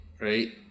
right